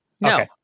No